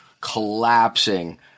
collapsing